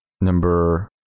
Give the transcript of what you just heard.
Number